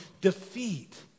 defeat